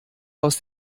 aus